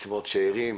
קצבאות שארים,